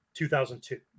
2002